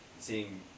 seeing